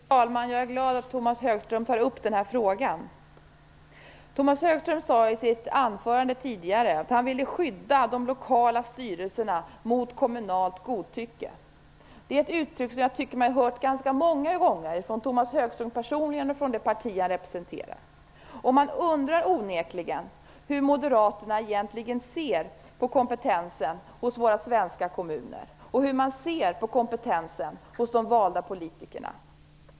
Fru talman! Jag är glad att Tomas Högström tar upp den här frågan. Tomas Högström sade i sitt anförande tidigare att han ville skydda de lokala styrelserna mot kommunalt godtycke. Det är ett uttryck som jag tycker mig ha hört ganska många gånger från Tomas Högström personligen och från det parti som han representerar. Man undrar onekligen hur Moderaterna egentligen ser på kompetensen hos våra svenska kommuner och hur man ser på kompetensen hos de valda politikerna.